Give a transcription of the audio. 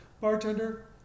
Bartender